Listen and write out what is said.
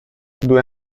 due